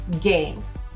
games